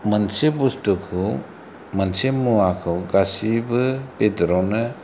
मोनसे बस्थुखौ मोनसे मुवाखौ गासिबो बेदरावनो